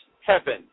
heaven